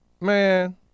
Man